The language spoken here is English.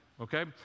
Okay